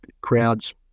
crowd's